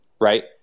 right